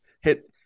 Hit